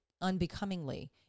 unbecomingly